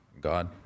God